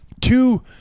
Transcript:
Two